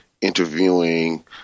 interviewing